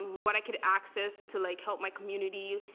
what i can access to like help my community,